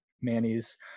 Manny's